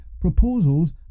proposals